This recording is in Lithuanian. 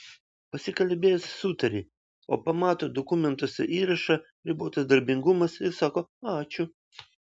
pasikalbėjęs sutari o pamato dokumentuose įrašą ribotas darbingumas ir sako ačiū